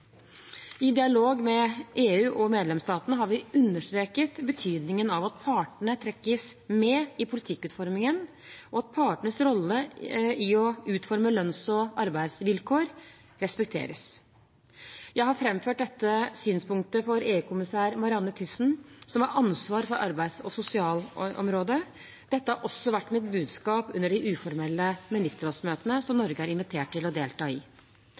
I dialog med EU og medlemsstatene har vi understreket betydningen av at partene trekkes med i politikkutformingen, og at partenes rolle i å utforme lønns- og arbeidsvilkår respekteres. Jeg har framført dette synspunktet for EU-kommissær Marianne Thyssen, som har ansvar for arbeids- og sosialområdet. Dette har også vært mitt budskap under de uformelle ministerrådsmøtene, som Norge er invitert til å delta